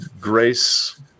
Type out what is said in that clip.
grace